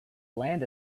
land